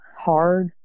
hard